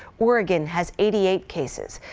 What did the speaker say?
oregon has eighty eight cases,